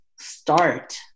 start